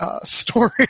story